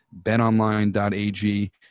BetOnline.ag